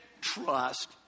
trust